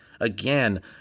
again